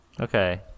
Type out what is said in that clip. Okay